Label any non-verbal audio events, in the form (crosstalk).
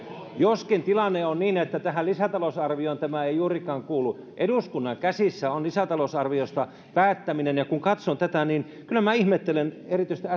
joskin tilanne on niin että tähän lisätalousarvioon tämä ei juurikaan kuulu eduskunnan käsissä on lisätalousarviosta päättäminen ja kun katson tätä niin kyllä minä ihmettelen erityisesti (unintelligible)